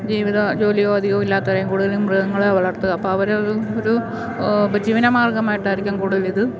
ജീവിത ജോലിയോ അധികവും ഇല്ലാത്തവരാണ് കൂടുതലും മൃഗങ്ങളെ വളർത്തുക അപ്പോള് അവരവര് ഒരു ഉപജീവനമാർഗമായിട്ടായിരിക്കാം കൂടുതലിത്